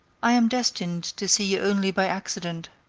i am destined to see you only by accident,